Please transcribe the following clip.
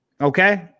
Okay